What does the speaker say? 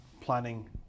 planning